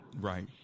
Right